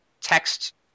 text